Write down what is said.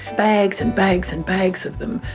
bags and bags and bags of them.